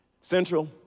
Central